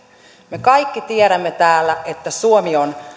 me kaikki tiedämme täällä että suomi on